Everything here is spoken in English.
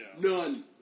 None